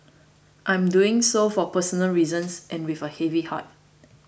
I am doing so for personal reasons and with a heavy heart